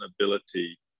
ability